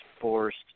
forced